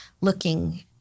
looking